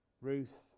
Ruth